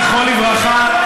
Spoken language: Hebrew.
זכרו לברכה,